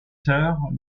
sœurs